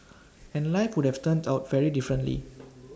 and life would have turned out very differently